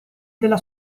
della